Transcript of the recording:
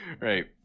Right